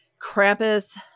Krampus